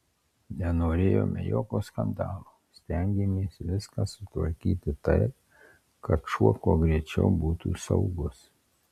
nenorėjome jokio skandalo stengėmės viską sutvarkyti taip kad šuo kuo greičiau būtų saugus